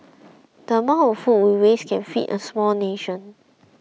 the amount of food we waste can feed a small nation